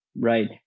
right